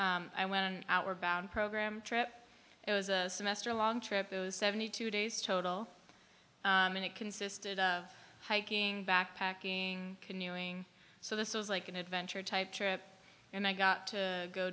september i went on outward bound program trip it was a semester long trip those seventy two days total and it consisted of hiking backpacking canoeing so this was like an adventure type trip and i got to go